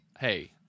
Hey